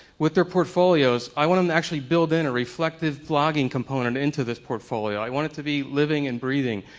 with their portfolios, i want them to actually build in a reflective blogging component into this portfolio. i want it to be living and breathing.